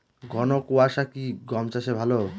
ঘন কোয়াশা কি গম চাষে ভালো?